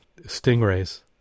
Stingrays